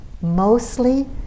Mostly